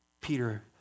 Peter